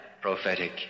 prophetic